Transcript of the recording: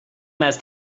must